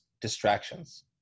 distractions